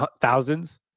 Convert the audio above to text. Thousands